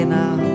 now